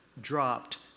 dropped